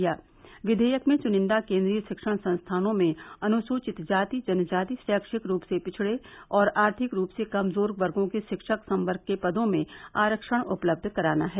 क्षियक में चुनिंदा केन्द्रीय शिक्षण संस्थानों में अनुसूचित जाति जनजाति शैक्षिक रूप से पिछड़े और आर्थिक रूप से कमजोर वर्गो के शिक्षक संवर्ग के पदों में आरक्षण उपलब्ध कराना है